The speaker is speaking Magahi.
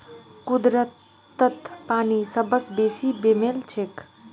कुदरतत पानी सबस बेसी बेमेल छेक